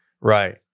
right